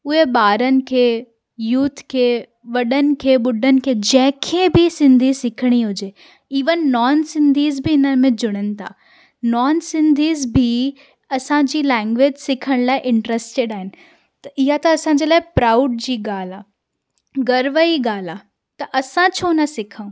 उहे ॿारनि खे यूथ खे वॾनि खे ॿुढनि खे जंहिंखे बि सिंधी सिखिणी हुजे इवन नॉन सिंधीज़ बि हिन में जुड़नि था नॉन सिंधीज़ बि असांजी लैंगवेज सिखण लाइ इंट्रेस्टेड आहिनि त इहा त असांजे लाइ प्राउड जी ॻाल्हि आहे गर्व जी ॻाल्हि आहे त असां छो न सिखूं